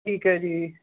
ਠੀਕ ਹੈ ਜੀ